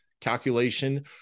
calculation